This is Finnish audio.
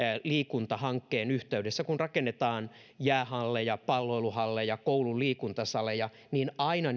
liikuntahankkeen yhteydessä kun rakennetaan jäähalleja palloiluhalleja koulujen liikuntasaleja aina